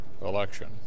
election